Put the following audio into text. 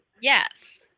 Yes